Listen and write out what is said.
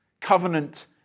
covenant